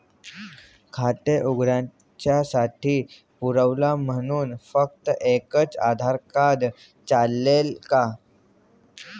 खाते उघडण्यासाठी पुरावा म्हणून फक्त एकच आधार कार्ड चालेल का?